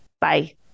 Bye